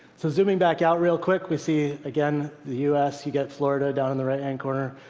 so zooming back out real quick, we see, again, the u s. you get florida down in the right-hand corner.